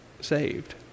saved